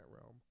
realm